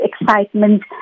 excitement